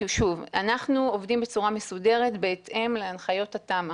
אנחנו עובדים בצורה מסודרת בהתאם להנחיות התמ"א.